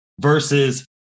versus